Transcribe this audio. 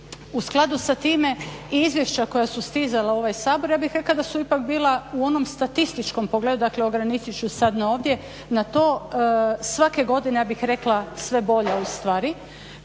U skladu sa time i izvješća koja su stizala u ovaj Sabor ja bih rekla da su ipak bila u onom statističkom pogledu ograničit ću sada na to svake godine ja bih rekla sve bolje ustvari.